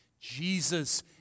Jesus